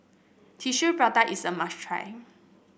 Tissue Prata is a must try